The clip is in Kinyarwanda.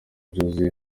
byuzuye